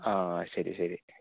ആ ശരി ശരി